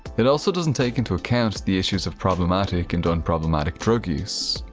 it also doesn't take into account the issues of problematic and unproblematic drug use.